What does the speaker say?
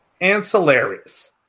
Ancillaries